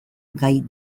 gai